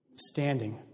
standing